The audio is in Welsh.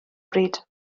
bryd